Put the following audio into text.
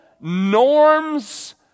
norms